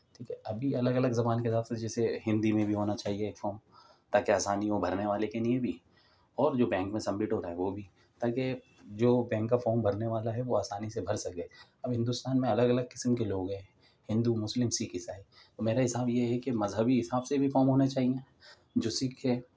ٹھیک ہے ابھی الگ الگ زبان کے حساب سے جیسے ہندی میں بھی ہونا چاہیے ایک فارم تاکہ آسانی ہو بھرنے والے کے نیے بھی اور جو بینک میں سبمٹ ہوتا ہے وہ بھی تاکہ جو بینک کا فارم بھرنے والا ہے وہ آسانی سے بھر سکے اب ہندوستان میں الگ الگ قسم کے لوگ ہے ہندو مسلم سکھ عیسائی میرا حساب یہ ہے کہ مذہبی حساب سے بھی فارم ہونا چاہیے جو سکھ ہے